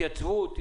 התייצבות,